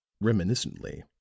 reminiscently